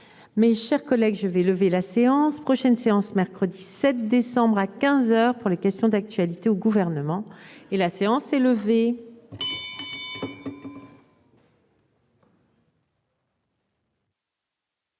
Mais, chers collègues, je vais lever la séance prochaine séance mercredi 7 décembre à 15h pour les questions d'actualité au gouvernement. Et la séance est levée.